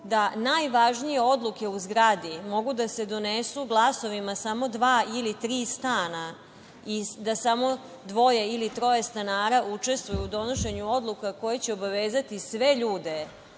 da najvažnije odluke u zgradi mogu da se donesu glasovima samo dva ili tri stana, i da samo dvoje ili troje stanara učestvuju u donošenju odluka koje će obavezati sve ljude